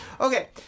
Okay